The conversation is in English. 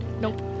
Nope